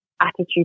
attitude